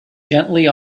gently